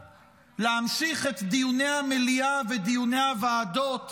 להמשיך את דיוני המליאה ואת דיוני הוועדות